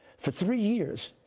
for three years,